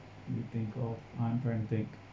do you think of I'm frantic